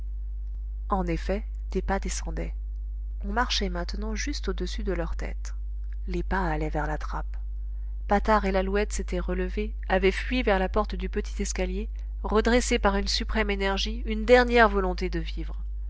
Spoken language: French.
en effet des pas descendaient on marchait maintenant juste au-dessus de leurs têtes les pas allaient vers la trappe patard et lalouette s'étaient relevés avaient fui vers la porte du petit escalier redressés par une suprême énergie une dernière volonté de vivre